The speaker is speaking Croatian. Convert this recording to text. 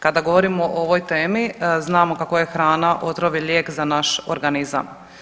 Kada govorimo o ovoj temi znamo kako je hrana otrov i lijek za naš organizam.